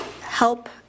help